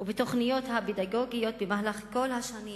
ובתוכניות הפדגוגיות במהלך כל השנים